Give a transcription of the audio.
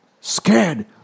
Scared